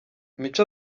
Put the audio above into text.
mico